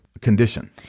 condition